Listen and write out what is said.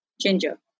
ginger